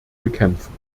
bekämpfen